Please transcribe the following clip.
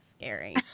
scary